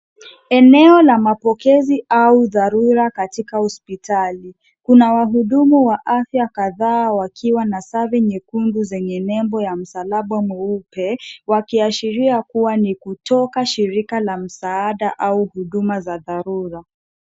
Eneo la mapokezi au dharura katika hospitali. Kuna wahudumu wa afya kadhaa wakiwa na sare nyekundu zenye nembo ya msalaba mweupe, Wakiashria kuwa ni kutoka shirika la msaada au huduma za dharura.